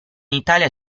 italia